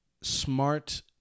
smart